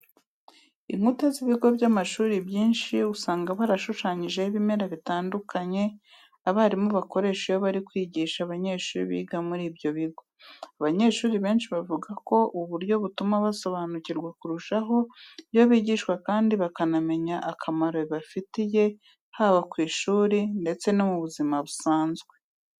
Inkuta z'ibigo by'amashuri byinshi usanga barashushanyijeho ibimera bitandukanye abarimu bakoresha iyo bari kwigisha abanyeshuri biga muri ibyo bigo. Abanyeshuri benshi bavuga ko ubu buryo butuma basobanukirwa kurushaho ibyo bigishwa kandi bakanamenya akamaro bibafitiye haba ku ishuri ndetse no mu buzima busanzwe.